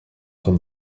den